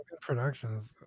Productions